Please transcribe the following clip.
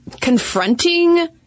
confronting